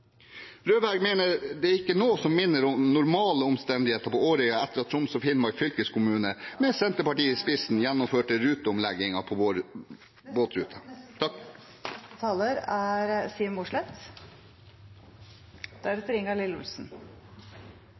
mener det ikke er noe som minner om normale omstendigheter på Årøya etter at Troms og Finnmark fylkeskommune med Senterpartiet i spissen gjennomførte ruteomleggingen på